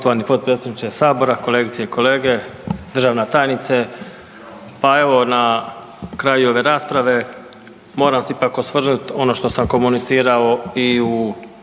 Hvala vam.